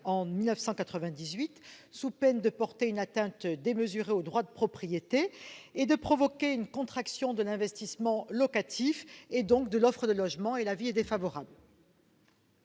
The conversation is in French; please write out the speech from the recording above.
en 1998, de porter une atteinte démesurée au droit de propriété et de provoquer une contraction de l'investissement locatif, et donc de l'offre de logements. L'avis est défavorable.